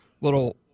little